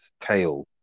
tail